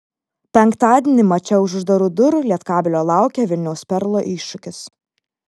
penktadienį mače už uždarų durų lietkabelio laukia vilniaus perlo iššūkis